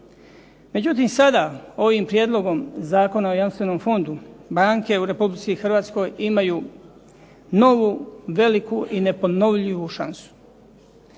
Međutim sada ovim prijedlogom Zakona o jamstvenom fondu banke u Republici Hrvatskoj imaju novu veliku i neponovljivu šansu.